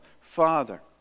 Father